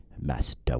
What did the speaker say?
Master